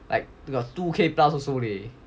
like got two k plus also leh